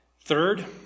Third